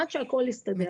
עד שהכל יסתדר.